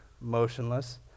motionless